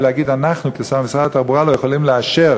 ולהגיד: אנחנו כמשרד התחבורה לא יכולים לאשר